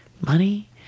money